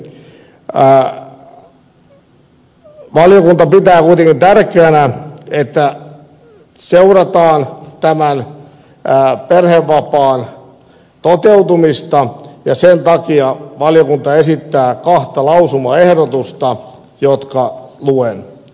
valiokunta pitää kuitenkin tärkeänä että seurataan tämän perhevapaan toteutumista ja sen takia valiokunta esittää kahta lausumaehdotusta jotka luen